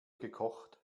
gekocht